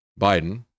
Biden